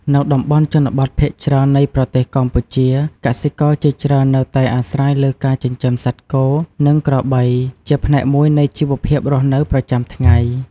នៅតំបន់ជនបទភាគច្រើននៃប្រទេសកម្ពុជា កសិករជាច្រើននៅតែអាស្រ័យលើការចិញ្ចឹមសត្វគោ និងក្របីជាផ្នែកមួយនៃជីវភាពរស់នៅប្រចាំថ្ងៃ។